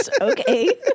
Okay